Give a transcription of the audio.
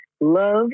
love